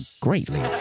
greatly